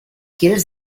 quieres